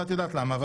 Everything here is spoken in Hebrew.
ואת יודעת למה,